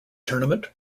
tournament